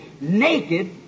naked